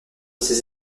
ces